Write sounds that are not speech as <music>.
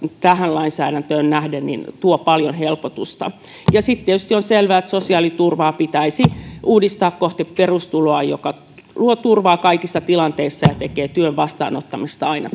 tähän lainsäädäntöön nähden tuo paljon helpotusta sitten tietysti on selvää että sosiaaliturvaa pitäisi uudistaa kohti perustuloa joka luo turvaa kaikissa tilanteissa ja tekee työn vastaanottamisesta aina <unintelligible>